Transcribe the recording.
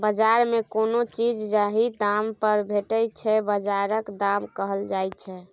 बजार मे कोनो चीज जाहि दाम पर भेटै छै बजारक दाम कहल जाइ छै